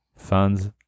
funds